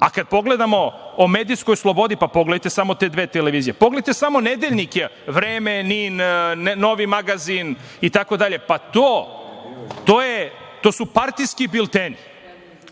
A kada pogledamo o medijskoj slobodi, pogledajte samo te dve televizije. Pogledajte samo nedeljnike „Vreme“, „NIN“, „Novi magazin“ itd. pa to su partijski bilteni.